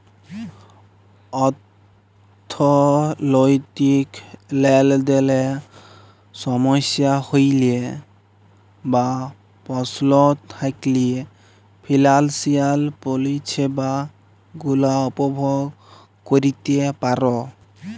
অথ্থলৈতিক লেলদেলে সমস্যা হ্যইলে বা পস্ল থ্যাইকলে ফিলালসিয়াল পরিছেবা গুলা উপভগ ক্যইরতে পার